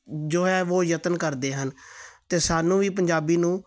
ਜੋ ਹੈ ਵੋ ਯਤਨ ਕਰਦੇ ਹਨ ਅਤੇ ਸਾਨੂੰ ਵੀ ਪੰਜਾਬੀ ਨੂੰ